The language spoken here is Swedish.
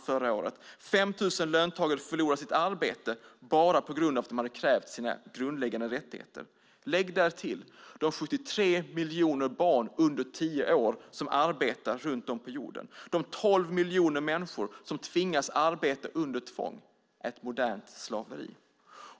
5 000 löntagare förlorade sitt arbete bara på grund av att de hade krävt sina grundläggande rättigheter. Lägg därtill de 73 miljoner barn under tio år som arbetar runt om på jorden och de 12 miljoner människor som arbetar under tvång. Det är ett modernt slaveri.